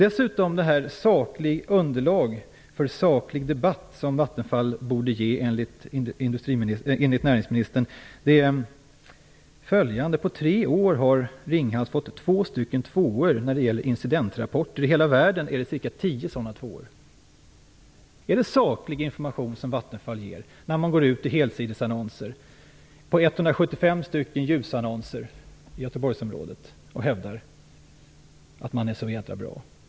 Enligt näringsministern bör Vattenfall komma med ett sakligt underlag för en saklig debatt. På tre år har Ringhals fått två tvåor när det gäller incidentrapporter. I hela världen finns det ca 10 stycken sådana tvåor. Är det saklig information Vattenfall kommer med när man går ut i helsidesannonser och med 175 ljusannonser i Göteborgsområdet och hävdar att man är så väldigt bra?